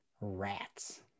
rats